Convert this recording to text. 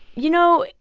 you know,